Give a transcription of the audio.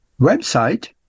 website